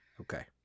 okay